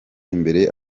imbere